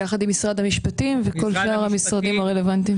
יחד עם משרד המשפטים וכל שאר המשרדים הרלוונטיים.